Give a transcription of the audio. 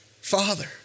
Father